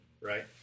right